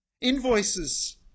Invoices